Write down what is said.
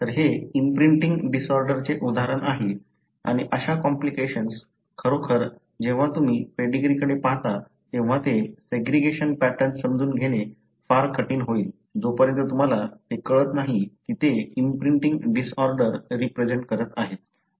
तर हे इम्प्रिंटिंग डिसऑर्डरचे उदाहरण आहे आणि अशा कॉम्प्लिकेशन खरोखर जेव्हा तुम्ही पेडीग्रीकडे पाहता तेव्हा ते सेग्रीगेशन पॅटर्न समजून घेणे फार कठीण होईल जोपर्यंत तुम्हाला ते कळत नाही की ते इम्प्रिंटिंग डिसऑर्डर रिप्रेझेन्ट करत आहेत